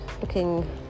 looking